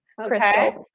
okay